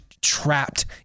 trapped